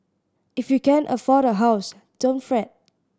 if you can't afford a house don't fret